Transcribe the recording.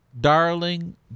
darling